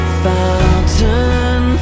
fountain